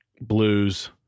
blues